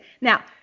now